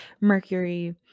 Mercury